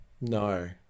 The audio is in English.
No